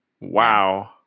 Wow